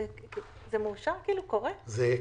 זה קורה.